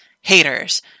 haters